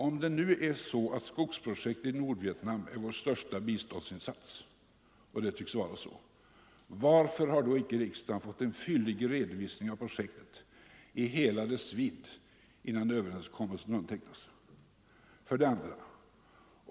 Om det nu är så, att skogsprojektet i Nordvietnam är vår största biståndssatsning — och det tycks vara så — varför har då inte riksdagen fått en fyllig redovisning av projektet i hela dess vidd, innan överenskommelsen undertecknades? 2.